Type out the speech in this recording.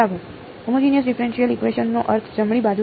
homogeneous differential equation નો અર્થ જમણી બાજુ છે